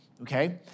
okay